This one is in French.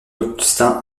augustin